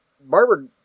barbara